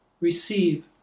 Receive